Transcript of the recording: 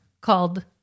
called